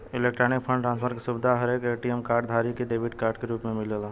electronic fund transfer के सुविधा हरेक ए.टी.एम कार्ड धारी के डेबिट कार्ड के रूप में मिलेला